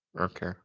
Okay